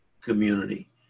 community